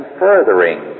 furthering